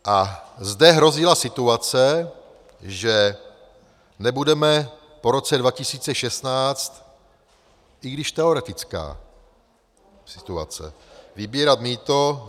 A zde hrozila situace, že nebudeme po roce 2016 i když teoretická situace vybírat mýto.